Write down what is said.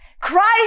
Christ